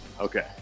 Okay